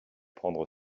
prendre